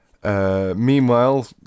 Meanwhile